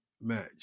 match